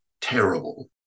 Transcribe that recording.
terrible